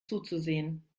zuzusehen